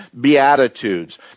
Beatitudes